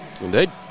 Indeed